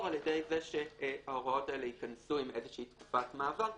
על ידי זה שההוראות האלה ייכנסו עם איזו שהיא תקופת מעבר,